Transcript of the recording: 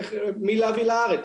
מי להביא לארץ,